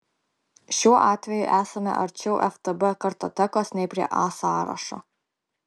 šiuo atveju esame arčiau ftb kartotekos nei prie a sąrašo